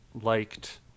liked